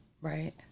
right